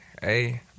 hey